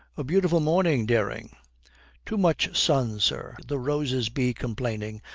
a beautiful morning, dering too much sun, sir. the roses be complaining,